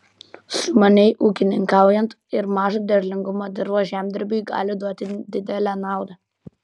sumaniai ūkininkaujant ir mažo derlingumo dirvos žemdirbiui gali duoti didelę naudą